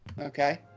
Okay